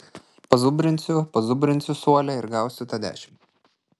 pazubrinsiu pazubrinsiu suole ir gausiu tą dešimt